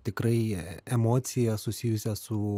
tikrai e emocija susijusia su